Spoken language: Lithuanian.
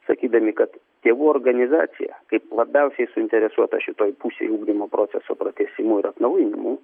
sakydami kad tėvų organizacija kaip labiausiai suinteresuota šitoj pusėj ugdymo proceso pratęsimų ir atnaujinimų